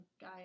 guy